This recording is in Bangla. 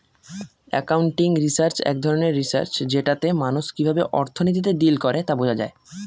একাউন্টিং রিসার্চ এক ধরনের রিসার্চ যেটাতে মানুষ কিভাবে অর্থনীতিতে ডিল করে তা বোঝা যায়